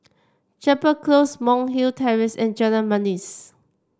Chapel Close Monk's Hill Terrace and Jalan Manis